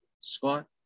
squat